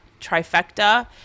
trifecta